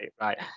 Right